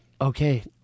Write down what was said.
okay